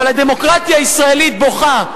אבל הדמוקרטיה הישראלית בוכה,